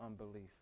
unbelief